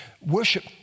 Worship